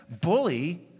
bully